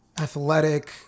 athletic